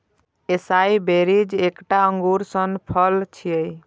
एसाई berries एकटा अंगूर सन फल छियै